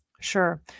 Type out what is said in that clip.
Sure